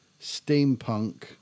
steampunk